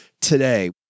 today